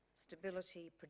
stability